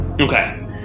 Okay